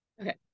Okay